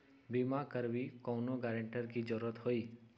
बिमा करबी कैउनो गारंटर की जरूरत होई?